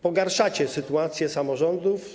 Pogarszacie sytuację samorządów.